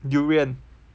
durian